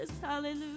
Hallelujah